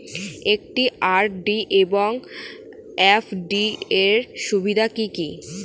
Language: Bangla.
একটি আর.ডি এবং এফ.ডি এর সুবিধা কি কি?